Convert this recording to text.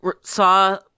saw